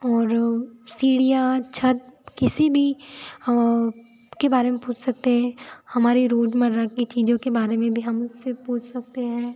और सीढ़ियाँ छत्त किसी भी के बारे में पूछ सकते हैं हमारे रोज़मर्रा की चीज़ों के बारे में भी हम उससे पूछ सकते हैं